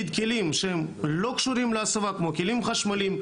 כלים שהם לא קשורים להסבה כמו כלים חשמליים,